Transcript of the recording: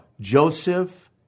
Joseph